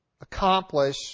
accomplish